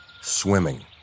Swimming